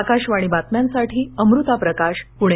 आकाशवाणी बातम्यांसाठी अमृता प्रकाश पुणे